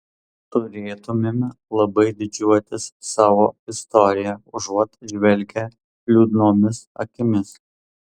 turėtumėme labai didžiuotis savo istorija užuot žvelgę liūdnomis akimis